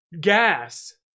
gas